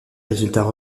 résultats